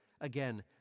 again